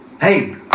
Hey